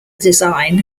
design